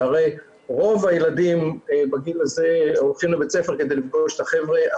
שהרי רוב הילדים בגיל הזה הולכים לבית ספר כדי לפגוש את החבר'ה,